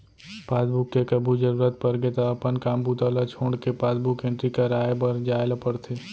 passbook के कभू जरूरत परगे त अपन काम बूता ल छोड़के पासबुक एंटरी कराए बर जाए ल परथे